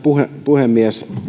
puhemies